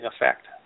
effect